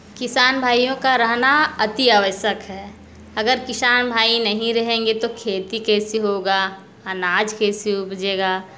किसान भाइयों का रहना अति आवश्यक है अगर किसान भाई नहीं रहेंगे तो खेती कैसे होगी अनाज कैसे उपजेगा